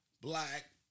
Black